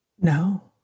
No